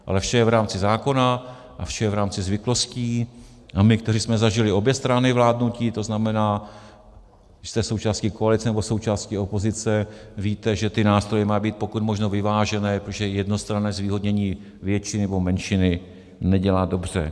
Ale vše je v rámci zákona a vše je v rámci zvyklostí a my, kteří jsme zažili obě strany vládnutí, to znamená, když jste součástí koalice, nebo součástí opozice, víte, že ty nástroje mají být pokud možno vyvážené, protože jednostranné zvýhodnění většiny nebo menšiny nedělá dobře.